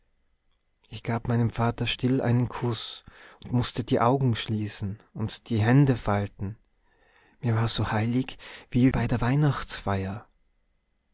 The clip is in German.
ich gab meinem vater still einen kuß und mußte die augen schließen und hände falten mir war so heilig wie bei der weihnachtsfeier